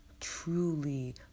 truly